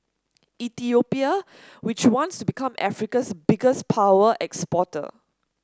Ethiopia which wants to become Africa's biggest power exporter